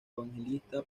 evangelista